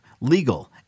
legal